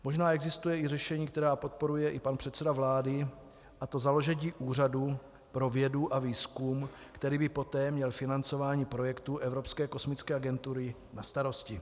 Možná existuje i řešení, které podporuje i pan předseda vlády, a to založení Úřadu pro vědu a výzkum, který by poté měl financování projektu Evropské kosmické agentury na starosti.